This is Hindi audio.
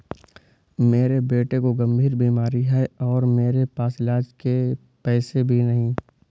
मेरे बेटे को गंभीर बीमारी है और मेरे पास इलाज के पैसे भी नहीं